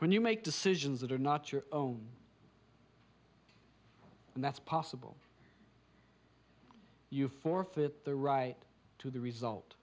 when you make decisions that are not your own and that's possible you forfeit the right to the result